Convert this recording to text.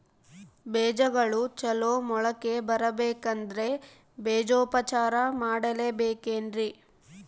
ಬೇಜಗಳು ಚಲೋ ಮೊಳಕೆ ಬರಬೇಕಂದ್ರೆ ಬೇಜೋಪಚಾರ ಮಾಡಲೆಬೇಕೆನ್ರಿ?